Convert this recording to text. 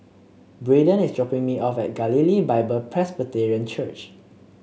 Braedon is dropping me off at Galilee Bible Presbyterian Church